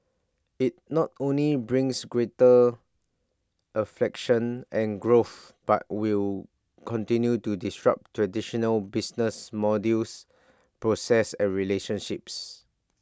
IT not only brings greater efficiency and growth but will continue to disrupt traditional business models processes and relationships